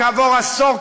כעבור עשור,